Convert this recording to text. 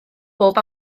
bob